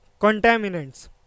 contaminants